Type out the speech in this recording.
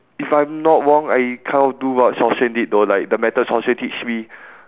if I'm not wrong I kind of do what xiao-xuan did though like the method xiao-xuan teach me